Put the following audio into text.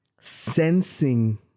sensing